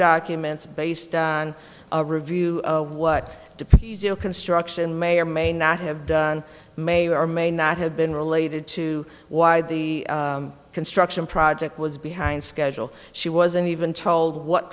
documents based on a review of what the construction may or may not have done may or may not have been related to why the construction project was behind schedule she wasn't even told what